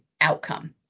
outcome